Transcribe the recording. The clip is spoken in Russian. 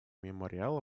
мемориала